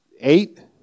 Eight